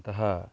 अतः